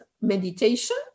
meditation